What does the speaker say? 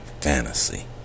fantasy